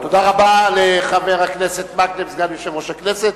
תודה רבה לחבר הכנסת מקלב, סגן יושב-ראש הכנסת.